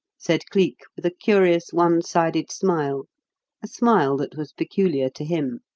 said cleek with a curious one-sided smile a smile that was peculiar to him.